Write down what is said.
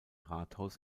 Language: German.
rathaus